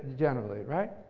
generally, right?